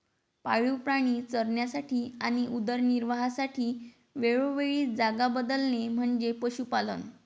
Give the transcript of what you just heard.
पाळीव प्राणी चरण्यासाठी आणि उदरनिर्वाहासाठी वेळोवेळी जागा बदलणे म्हणजे पशुपालन